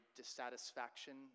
dissatisfaction